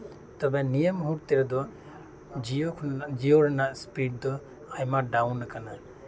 ᱛᱚᱵᱮ ᱱᱤᱭᱟᱹ ᱢᱩᱦᱩᱨᱛᱚ ᱨᱮᱫᱚ ᱡᱤᱭᱳ ᱡᱤᱭᱳ ᱨᱮᱭᱟᱜ ᱥᱯᱤᱰ ᱫᱚ ᱟᱭᱢᱟ ᱰᱟᱣᱩᱱ ᱟᱠᱟᱱᱟ